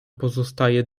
pozostaje